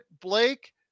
Blake